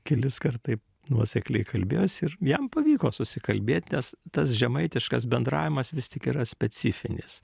keliskart taip nuosekliai kalbėjosi ir jam pavyko susikalbėt nes tas žemaitiškas bendravimas vis tik yra specifinis